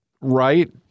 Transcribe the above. right